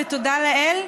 ותודה לאל,